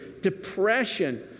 depression